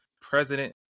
president